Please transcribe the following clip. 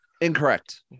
Incorrect